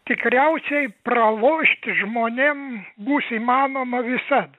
tikriausiai pralošti žmonėm bus įmanoma visad